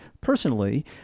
personally